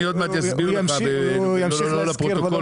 הוא ימשיך להשכיר בכל